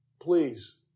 Please